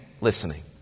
listening